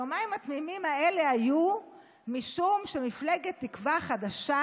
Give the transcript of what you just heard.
היומיים התמימים האלה היו משום שמפלגת תקווה חדשה